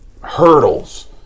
hurdles